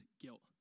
guilt